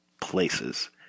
places